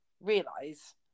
realize